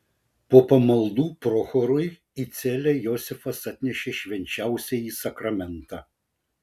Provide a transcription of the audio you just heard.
po pamaldų prochorui į celę josifas atnešė švenčiausiąjį sakramentą